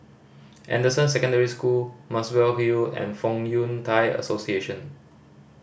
Anderson Secondary School Muswell Hill and Fong Yun Thai Association